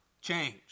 change